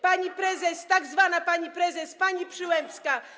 Pani prezes, tzw. pani prezes, pani Przyłębska.